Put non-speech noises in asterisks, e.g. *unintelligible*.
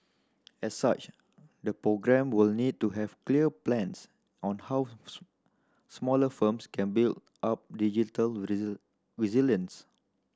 as such the programme will need to have clear plans on how *unintelligible* smaller firms can build up digital *unintelligible* resilience